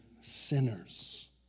sinners